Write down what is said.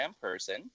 person